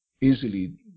easily